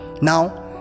now